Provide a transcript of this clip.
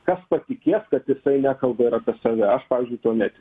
kas patikės kad jisai nekalba ir apie save aš pavyzdžiui tuo netikiu